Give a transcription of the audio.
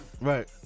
Right